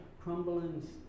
crumbling